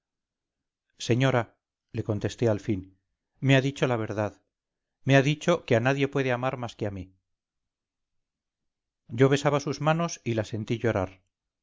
señora le contesté al fin me ha dicho la verdad me ha dicho que a nadie puede amar más que a mí yo besaba sus manos y la sentí llorar